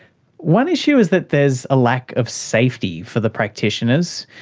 one issue is that there is a lack of safety for the practitioners.